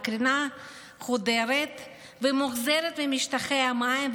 הקרינה חודרת ומוחזרת ממשטחי המים,